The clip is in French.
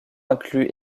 inclut